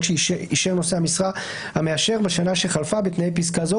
שאישר נושא המשרה המאשר בשנה שחלפה בתנאי פסקה זו